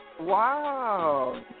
Wow